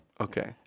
Okay